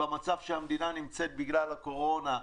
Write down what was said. במצב שהמדינה נמצאת בגלל הקורונה,